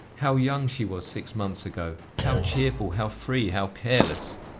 how young she was six months ago! how cheerful, how free, how careless!